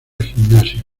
gimnasio